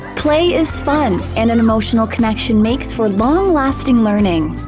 play is fun, and an emotional connection makes for long-lasting learning.